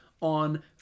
on